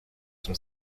sont